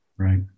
Right